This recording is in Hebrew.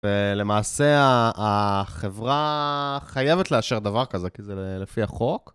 ולמעשה, החברה חייבת לאשר דבר כזה, כי זה לפי החוק.